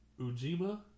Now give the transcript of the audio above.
Ujima